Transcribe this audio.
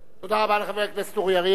תודה רבה לחבר הכנסת אורי אריאל.